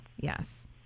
yes